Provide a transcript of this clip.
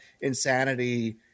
insanity